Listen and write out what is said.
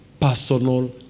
Personal